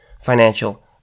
financial